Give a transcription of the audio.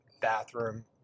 bathroom